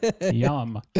Yum